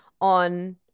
on